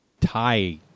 tie